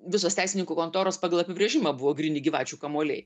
visos teisininkų kontoros pagal apibrėžimą buvo gryni gyvačių kamuoliai